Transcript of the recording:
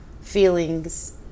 feelings